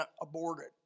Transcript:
aborted